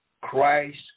Christ